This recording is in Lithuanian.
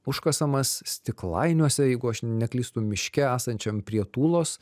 užkasamas stiklainiuose jeigu aš neklystu miške esančiam prie tulos